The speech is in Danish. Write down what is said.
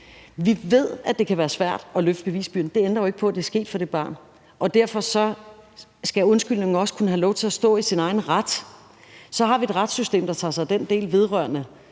vi ved, at det kan være svært at løfte bevisbyrden, ændrer jo ikke på, at det er sket for det barn. Derfor skal undskyldningen også kunne have lov til at stå i sin egen ret. Så har vi et retssystem, der tager sig af den del vedrørende